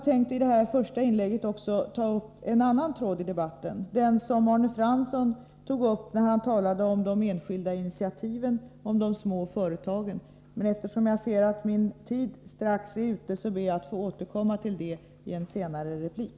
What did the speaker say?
I det här första inlägget hade jag också tänkt ta upp en annan tråd i debatten, den som Arne Fransson tog upp när han talade om de enskilda initiativen och de små företagen. Eftersom jag ser att min tid strax är ute ber jag att få återkomma till det i en senare replik.